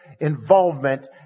involvement